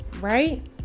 right